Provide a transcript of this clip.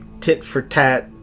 tit-for-tat